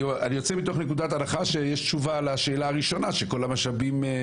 אני יוצא מתוך נקודת הנחה שיש תושבה על השאלה הראשונה שכל המשאבים,